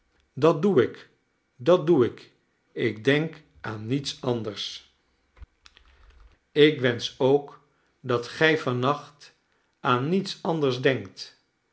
dat doe ik dat doe ik ik denk aan niets anders ik wensch ook dat gij van nacht aan niets anders denkt